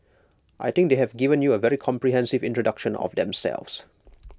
I think they have given you A very comprehensive introduction of themselves